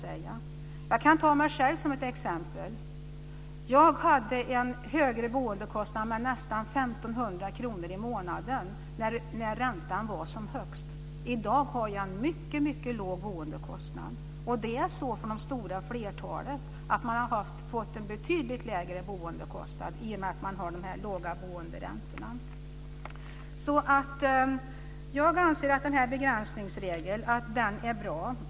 När räntan var som högst hade jag en högre bostadskostnad med nästan 1 500 kr i månaden. I dag har jag en mycket låg boendekostnad, och så är det för det stora flertalet. Man har fått en betydligt lägre boendekostnad i och med de låga boenderäntorna. Jag anser att begränsningsregeln är bra.